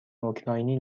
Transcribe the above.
اوکراینی